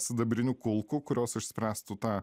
sidabrinių kulkų kurios išspręstų tą